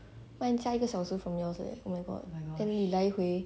mine 加一个小时 from yours leh oh my god 等你来回